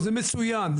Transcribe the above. זה מצוין.